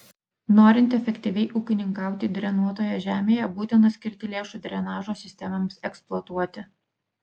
norint efektyviai ūkininkauti drenuotoje žemėje būtina skirti lėšų drenažo sistemoms eksploatuoti